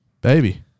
baby